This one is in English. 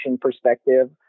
perspective